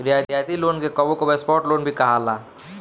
रियायती लोन के कबो कबो सॉफ्ट लोन भी कहाला